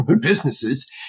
businesses